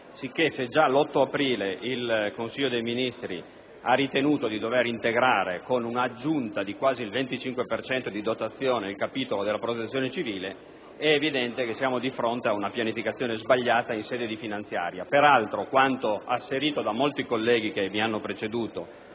se già l'8 aprile il Consiglio dei ministri ha ritenuto di dover integrare con una aggiunta di quasi il 25 per cento di dotazione il capitolo della protezione civile, è evidente che siamo di fronte ad una pianificazione sbagliata in sede di finanziaria. Peraltro, quanto asserito da molti colleghi che mi hanno preceduto,